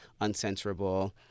uncensorable